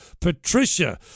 Patricia